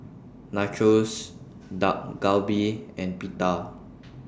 Nachos Dak Galbi and Pita